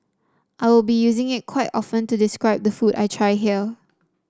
I will be using it quite often to describe the food I try here